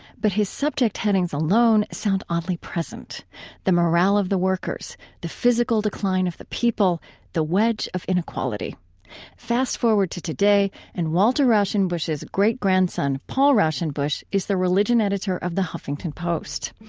but his subject headings alone sound oddly present the morale of the workers the physical decline of the people the wedge of inequality fast-forward to today, and walter rauschenbusch's great-grandson, paul raushenbush, is the religion editor of the huffington post.